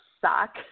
suck